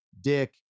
Dick